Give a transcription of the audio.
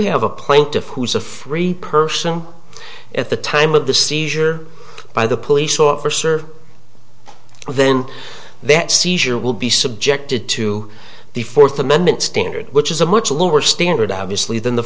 have a plaintiff who is a free person at the time of the seizure by the police officer then that seizure will be subjected to the fourth amendment standard which is a much lower standard obviously than the